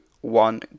one